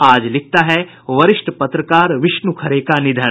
आज लिखता है वरिष्ठ पत्रकार विष्णु खरे का निधन